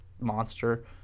monster